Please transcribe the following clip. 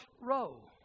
row